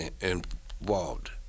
involved